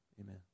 amen